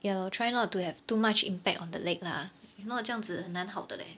ya lor try not to have too much impact on the leg lah if not 这样子很难好的 leh